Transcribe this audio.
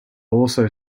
also